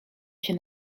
się